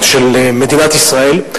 של מדינת ישראל.